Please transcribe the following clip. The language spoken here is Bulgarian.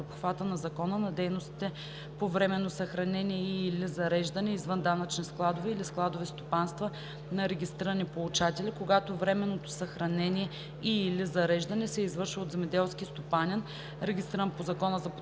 обхвата на Закона на дейностите по временно съхранение и/или зареждане извън данъчни складове или складови стопанства на регистрирани получатели, когато временното съхранение и/или зареждане се извършва от земеделски стопанин, регистриран по Закона за подпомагане